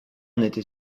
n’était